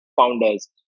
founders